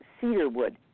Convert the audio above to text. cedarwood